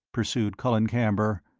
pursued colin camber,